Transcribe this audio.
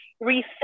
reset